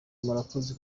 murakoze